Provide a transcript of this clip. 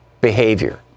behavior